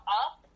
up